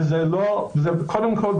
וזה קודם כל,